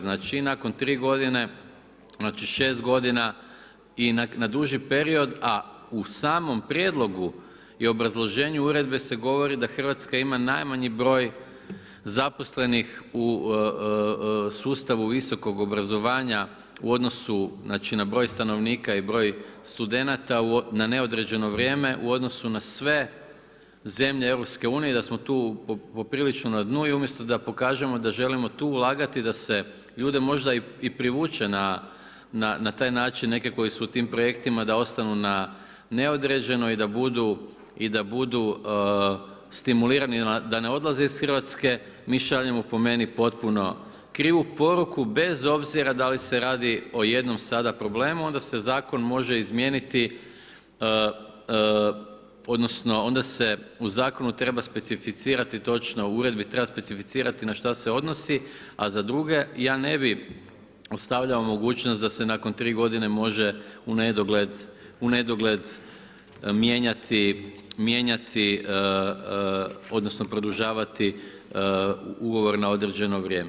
Znači i nakon 3 godine, 6 godina i na duži period a u samom prijedlogu i obrazloženju uredbe se govori da Hrvatska ima najmanji broj zaposlenih u sustavu visokog obrazovanja u odnosu na broj stanovnika i broj studenata na neodređeno vrijeme u odnosu na sve zemlje EU-a i da smo tu poprilično na dnu i umjesto da pokažemo da želimo tu ulagati, da se ljude možda i privuče na taj način neke koji su u tim projektima da ostanu na neodređeno i da budu stimulirani da ne odlaze iz Hrvatske, mi šaljemo po meni potpuno krivu poruku bez obzira da li se radi o jednom sada problemu onda se zakon može izmijeniti odnosno u zakonu treba specificirati točno u uredbi, treba specificirati na šta se odnosi a za druge ja ne bi ostavljao mogućnost da se nakon 3 godine može u nedogled mijenjati odnosno produžavati ugovor na određeno vrijeme.